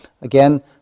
Again